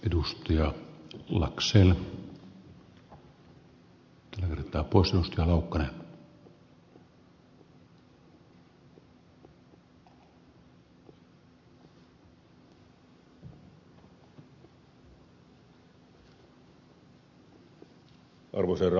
arvoisa herra puhemies